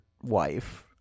wife